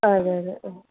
ആ അതെ അതെ